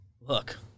Look